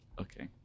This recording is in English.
Okay